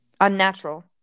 Unnatural